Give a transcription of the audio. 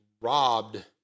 robbed